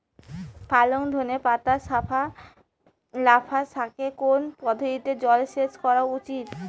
পালং ধনে পাতা লাফা শাকে কোন পদ্ধতিতে জল সেচ করা উচিৎ?